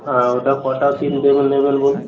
হ্যাঁ ওটা কটা কী নেবেন বলুন